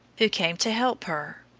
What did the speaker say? who came to help her.